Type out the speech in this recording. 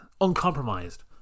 Uncompromised